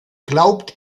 glaubt